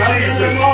Jesus